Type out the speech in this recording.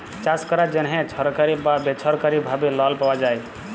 চাষ ক্যরার জ্যনহে ছরকারি বা বেছরকারি ভাবে লল পাউয়া যায়